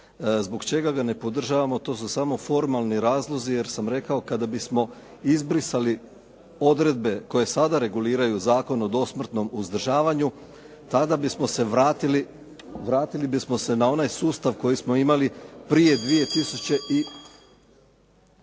Zbog čega ga ne podržavamo, to su samo formalni razlozi, jer sam rekao kada bismo izbrisali odredbe koje sada reguliraju Zakon o dosmrtnom uzdržavanju, tada bismo se vratili na onaj sustav koji smo imali prije 2005.